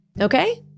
Okay